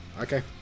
Okay